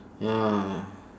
ya